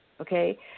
okay